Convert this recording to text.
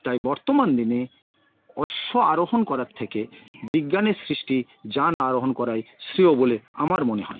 তাই বর্তমান দিনে অশ্ব আরোহণ করার থেকে বিজ্ঞানের সৃষ্টি যান আরোহণ করাই শ্রেয় বলে আমার মনে হয়